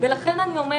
לכן אני אומרת,